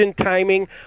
timing